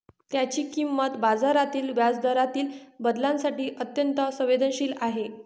त्याची किंमत बाजारातील व्याजदरातील बदलांसाठी अत्यंत संवेदनशील आहे